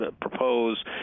propose